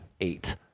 eight